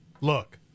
look